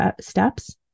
steps